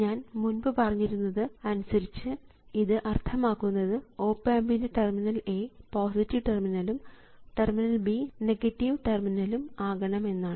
ഞാൻ മുൻപു പറഞ്ഞിരുന്നത് അനുസരിച്ച് ഇത് അർത്ഥമാക്കുന്നത് ഓപ് ആമ്പിൻറെ ടെർമിനൽ A പോസിറ്റീവ് ടെർമിനലും ടെർമിനൽ B നെഗറ്റീവ് ടെർമിനലും ആകണമെന്നാണ്